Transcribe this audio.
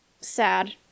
sad